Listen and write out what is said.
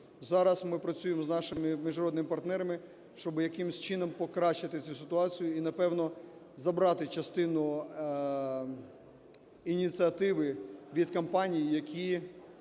Зараз ми працюємо з нашими міжнародними партнерами, щоби якимось чином покращити цю ситуацію і, напевно, забрати частину ініціативи від компаній, які